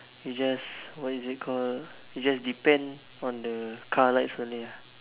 he just what is called he just depend on the car lights only lah